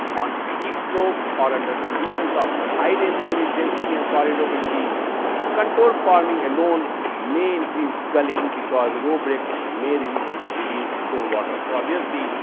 on steep slopes or under conditions of high rainfall intensity and soil erodibility contour forming alone may increase gulling because, row breaks may release store water. so obviously,